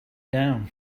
down